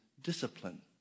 Discipline